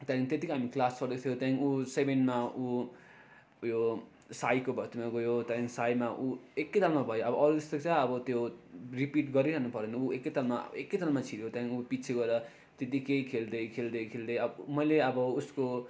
त्यहाँदेखि त्यतिकै हामी क्लास गर्दैथियो त्यहाँदेखि उ सेभेनमा उ उयो साईको भर्तीमा गयो त्यहाँदेखि साईमा उ एकैतालमा भयो अब अरू जस्तो चाहिँ अब त्यो रिपिट गरिरहनु परेन उ एकैतालमा एकैतालमा छिऱ्यो त्यहाँदेखि उ पछि गएर त्यतिकै खेल्दै खेल्दै खेल्दै अब मैले अब उसको